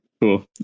Cool